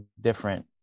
different